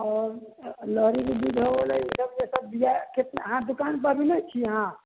आओर के बीज हो गेलै ई सभ जे सभ बीआ अहाँके दोकान पर मिलै छी अहाँ